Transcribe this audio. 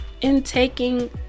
intaking